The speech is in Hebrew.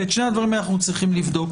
את שני הדברים האלה אנחנו צריכים לבדוק.